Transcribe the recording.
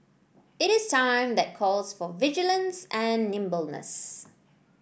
it is a time that calls for vigilance and nimbleness